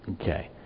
Okay